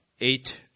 eight